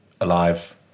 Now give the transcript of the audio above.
alive